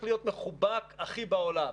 אוישו רק 58% מהמשרות שנקבעו בתקן,